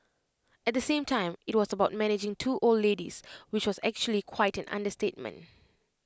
at the same time IT was about managing two old ladies which was actually quite an understatement